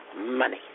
money